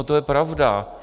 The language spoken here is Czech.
To je pravda.